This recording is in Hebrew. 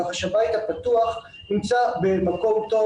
כך שהבית הפתוח נמצא במקום טוב,